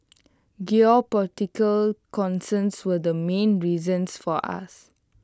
geopolitical concerns were the main reasons for us